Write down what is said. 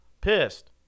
Pissed